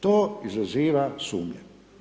To izaziva sumnje.